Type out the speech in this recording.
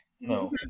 No